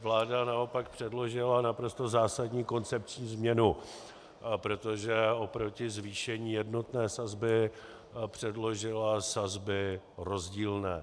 Vláda naopak předložila naprosto zásadní koncepční změnu, protože oproti zvýšení jednotné sazby předložila sazby rozdílné.